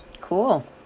Cool